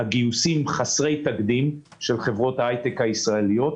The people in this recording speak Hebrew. יש גיוסים חסרי תקדים של חברות ההייטק הישראליות.